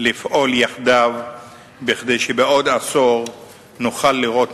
לפעול יחדיו כדי שבעוד עשור נוכל לראות